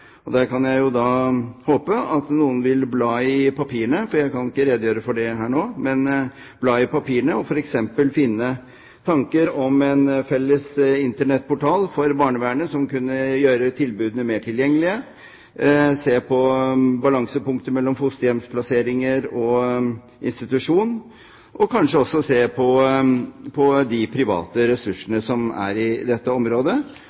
barnevern. Jeg kan jo håpe at noen vil bla i papirene, for jeg kan ikke redegjøre for det her nå. Men blar en i papirene, vil en f.eks. finne tanker om en felles Internett-portal for barnevernet som kunne gjøre tilbudene mer tilgjengelige, se på balansepunktet mellom fosterhjemsplasseringer og institusjon og kanskje også se på de private ressursene som er på dette området,